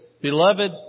Beloved